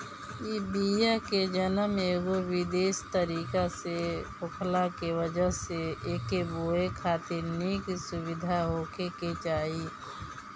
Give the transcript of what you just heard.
इ बिया के जनम एगो विशेष तरीका से होखला के वजह से एके बोए खातिर निक सुविधा होखे के चाही